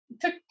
took